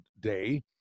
day